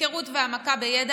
היכרות והעמקה בידע